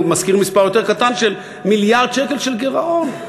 הוא מזכיר מספר יותר קטן של מיליארדי שקל של גירעון.